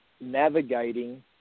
navigating